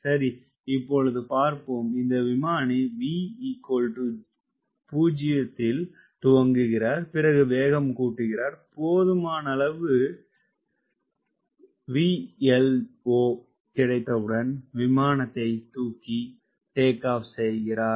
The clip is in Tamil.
சரி இப்பொழுது பார்ப்போம் அந்த விமானி V0வில் துவங்குகிறார் பிறகு வேகம் கூட்டுகிறார் போதுமானளவு VLO கிடைத்தவுடன் விமானத்தை தூக்கி டேக் ஆப் செய்கிறார்